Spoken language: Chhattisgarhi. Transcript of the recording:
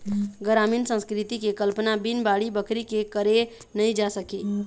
गरामीन संस्कृति के कल्पना बिन बाड़ी बखरी के करे नइ जा सके